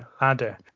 ladder